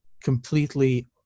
completely